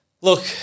look